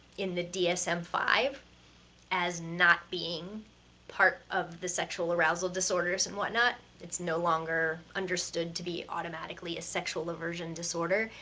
in the dsm five as not being part of the sexual arousal disorders and whatnot, it's no longer understood to be automatically a sexual aversion disorder.